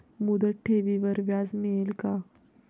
मुदत ठेवीवर व्याज मिळेल का?